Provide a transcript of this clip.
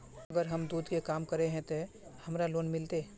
अगर हम दूध के काम करे है ते हमरा लोन मिलते?